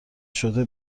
شده